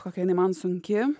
kokia jinai man sunki